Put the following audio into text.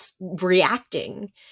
reacting